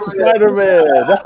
Spider-Man